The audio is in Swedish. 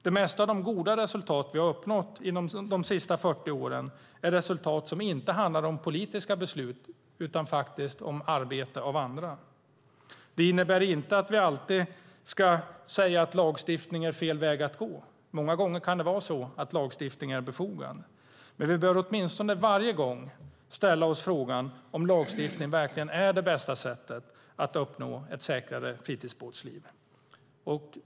Det mesta av de goda resultat som vi har uppnått de senaste 40 åren är resultat som inte handlar om politiska beslut utan faktiskt om arbete av andra. Det innebär inte att vi alltid ska säga att lagstiftning är fel väg att gå. Många gånger kan lagstiftning vara befogad, men vi bör åtminstone varje gång ställa oss frågan om lagstiftning verkligen är det bästa sättet att uppnå ett säkrare fritidsbåtsliv.